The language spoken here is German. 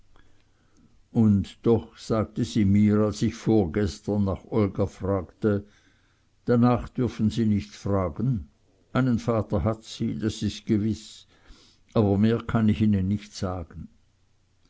und doch sagte sie mir als ich vorgestern nach olga fragte danach dürfen sie nicht fragen einen vater hat sie das ist gewiß aber mehr kann ich ihnen nicht sagen